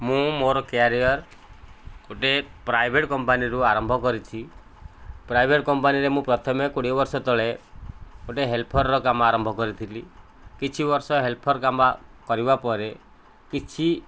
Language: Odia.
ମୁଁ ମୋର କ୍ୟାରିଅର ଗୋଟିଏ ପ୍ରାଇଭେଟ୍ କମ୍ପାନୀରୁ ଆରମ୍ଭ କରିଛି ପ୍ରାଇଭେଟ୍ କମ୍ପାନୀରେ ମୁଁ ପ୍ରଥମେ କୋଡ଼ିଏ ବର୍ଷ ତଳେ ଗୋଟିଏ ହେଲ୍ପର କାମ ଆରମ୍ଭ କରିଥିଲି କିଛି ବର୍ଷ ହେଲ୍ପର କାମ କରିବା ପରେ କିଛି